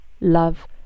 love